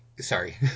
Sorry